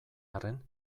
arren